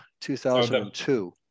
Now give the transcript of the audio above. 2002